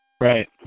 Right